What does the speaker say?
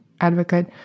advocate